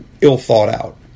ill-thought-out